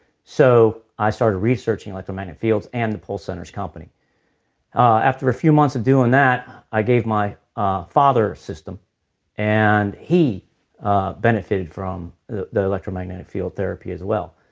so i started researching electromagnetic fields and the pulse centers company after a few months of doing that, i gave my ah father a system and he ah benefited from the electromagnetic field therapy as well.